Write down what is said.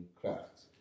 crafts